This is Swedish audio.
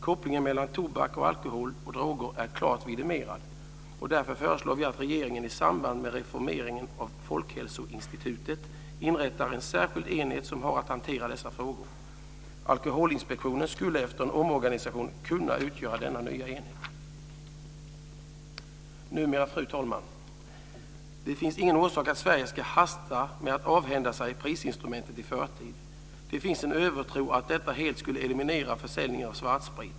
Kopplingen mellan tobak, alkohol och droger är klart vidimerad, och därför föreslår vi att regeringen i samband med reformeringen av Folkhälsoinstitutet inrättar en särskild enhet som har att hantera dessa frågor. Alkoholinspektionen skulle efter en omorganisation kunna utgöra denna nya enhet. Fru talman! Det finns ingen orsak till att Sverige ska hasta med att avhända sig prisinstrumentet i förtid. Det finns en övertro på att detta helt skulle eliminera försäljningen av svartsprit.